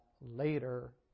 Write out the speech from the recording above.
later